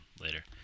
later